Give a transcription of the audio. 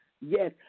Yes